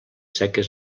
seques